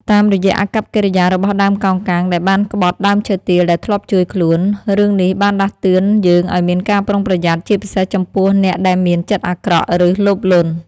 តាមរយៈអាកប្បកិរិយារបស់ដើមកោងកាងដែលបានក្បត់ដើមឈើទាលដែលធ្លាប់ជួយខ្លួន រឿងនេះបានដាស់តឿនយើងឲ្យមានការប្រុងប្រយ័ត្ន ជាពិសេសចំពោះអ្នកដែលមានចិត្តអាក្រក់ ឬលោភលន់។